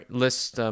list